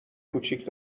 کوچیک